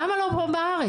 למה לא פה בארץ?